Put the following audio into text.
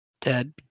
Dead